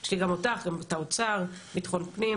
יש לי גם אותך, גם את האוצר, ביטחון פנים.